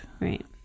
Right